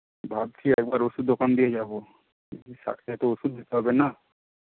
ভাবছি একবার ওষুধ দোকান দিয়ে যাবো শাকটায় তো ওষুধ দিতে হবে না